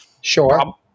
Sure